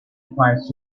applies